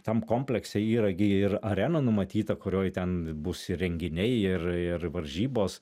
tam komplekse yra gi ir arena numatyta kurioj ten bus ir renginiai ir ir varžybos